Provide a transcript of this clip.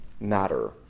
matter